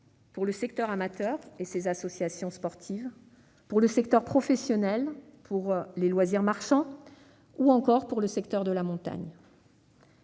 pour le secteur amateur et ses associations sportives, pour le sport professionnel, pour les loisirs marchands, ou encore pour le secteur de la montagne.